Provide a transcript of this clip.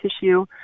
tissue